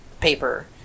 paper